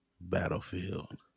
Battlefield